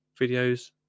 videos